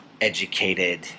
educated